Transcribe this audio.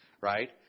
Right